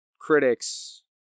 critics